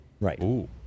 Right